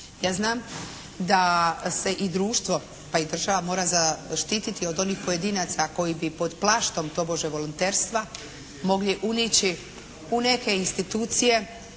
Ja znam da se i društvo pa i država mora zaštititi od onih pojedinaca koji bi pod plaštom tobože volonterstva mogli unići u neke institucije